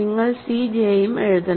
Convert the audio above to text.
നിങ്ങൾ c j യും എഴുതണം